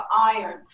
iron